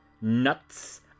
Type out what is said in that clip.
nuts